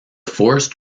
forest